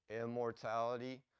immortality